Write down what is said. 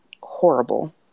horrible